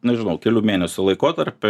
nežinau kelių mėnesių laikotarpy